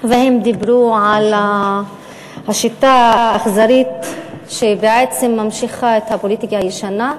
ודיברו על השיטה האכזרית שבעצם ממשיכה את הפוליטיקה הישנה,